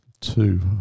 two